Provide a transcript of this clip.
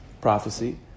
prophecy